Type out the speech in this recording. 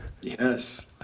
yes